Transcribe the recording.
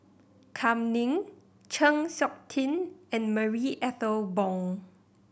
Kam Ning Chng Seok Tin and Marie Ethel Bong